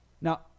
now